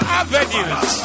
avenues